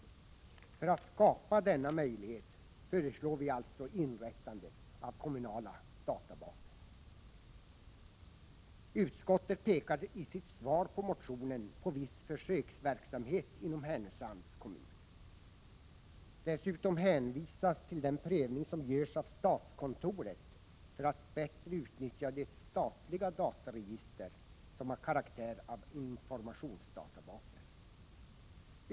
För att skapa denna möjlighet föreslår vi alltså inrättande av kommunala databaser. Utskottet pekar i sitt svar på motionen på viss försöksverksamhet inom Härnösands kommun. Dessutom hänvisas till den prövning som görs av statskontoret för att bättre utnyttja de statliga dataregister som har karaktär avinformationsdatabaser.